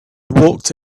walked